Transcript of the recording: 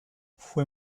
fue